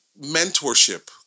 mentorship